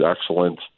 excellent